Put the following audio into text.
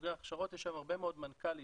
לבוגרי הכשרות, יש שם הרבה מאוד מנכ"לים